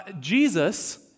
Jesus